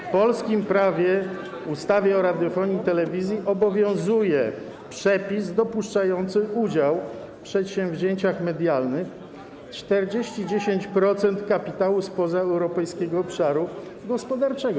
W polskim prawie, w ustawie o radiofonii i telewizji, obowiązuje przepis dopuszczający udział w przedsięwzięciach medialnych 49% kapitału spoza Europejskiego Obszaru Gospodarczego.